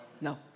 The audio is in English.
No